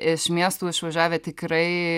iš miestų išvažiavę tikrai